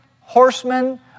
horsemen